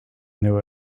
knew